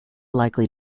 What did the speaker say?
likely